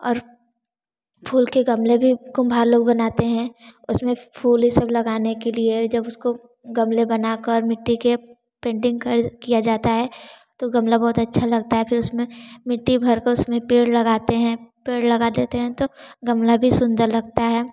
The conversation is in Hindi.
और फूल के गमले भी कुम्हार लोग बनाते हैं उसमें फूल यह सब लगाने के लिए जब उसको गमले बनाकर मिट्टी के पेंटिंग कर किया जाता है तो गमला बहुत अच्छा लगता है फिर उसमें मिट्टी भरकर उसमें पेड़ लगाते हैं पेड़ लगा देते हैं तो गमला भी सुंदर लगता है